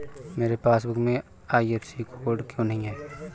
मेरे पासबुक में IFSC code क्यो नहीं है?